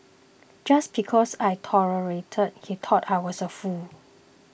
just because I tolerated he thought I was a fool